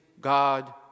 God